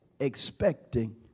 Expecting